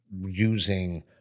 using